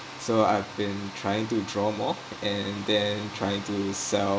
so I've been trying to draw more and then trying to sell